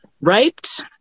raped